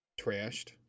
trashed